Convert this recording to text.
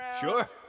Sure